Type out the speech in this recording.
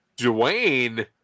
Dwayne